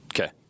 Okay